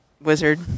wizard